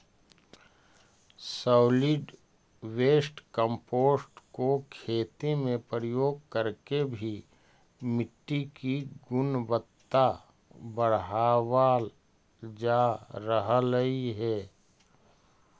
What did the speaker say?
solid waste compost को खेती में प्रयोग करके भी मिट्टी की गुणवत्ता बढ़ावाल जा रहलइ हे